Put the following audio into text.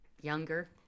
younger